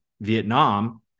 Vietnam